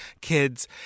kids